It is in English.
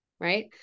right